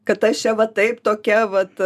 kad aš čia va taip tokia vat